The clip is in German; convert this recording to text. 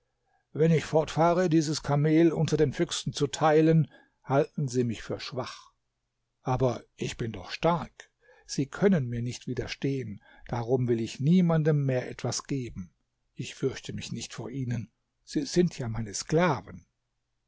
wenn ich fortfahre dieses kamel unter den füchsen zu teilen halten sie mich für schwach aber ich bin doch stark sie können mir nicht widerstehen darum will ich niemandem mehr etwas geben ich fürchte mich nicht vor ihnen sie sind ja meine sklaven